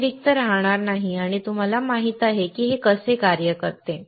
तुम्ही रिक्त राहणार नाही आणि तुम्हाला माहित आहे की हे कसे कार्य करते